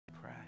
pray